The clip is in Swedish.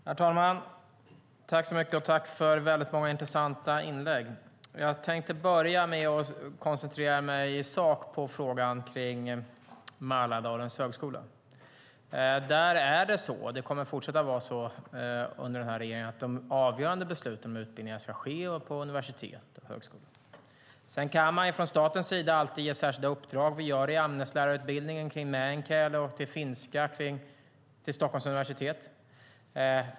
Herr talman! Tack för många intressanta inlägg! Jag tänkte koncentrera mig i sak på frågan om Mälardalens högskola. Där är det så, och det kommer att fortsätta att vara så under den här regeringens tid, att de avgörande besluten om utbildning ska fattas på högskolor och universitet. Sedan kan man från statens sida ge särskilda uppdrag. Vi har det när det gäller ämneslärarutbildningen i meänkieli och finska vid Stockholms universitet.